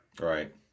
Right